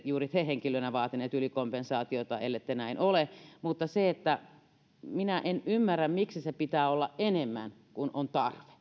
juuri te henkilönä olisitte vaatinut ylikompensaatiota ellette näin ole mutta sitä minä en ymmärrä miksi sen pitää olla enemmän kuin on tarve